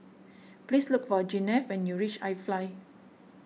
please look for Gwyneth when you reach iFly